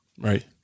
Right